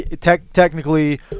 technically